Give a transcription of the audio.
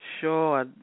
Sure